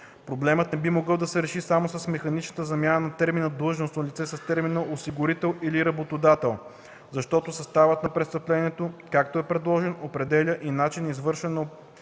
Проблемът не би могъл да се реши само с механичната замяна на термина „длъжностно лице” с термина „осигурител или работодател”, защото съставът на престъплението, както е предложен, определя и начин на извършване